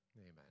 Amen